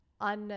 on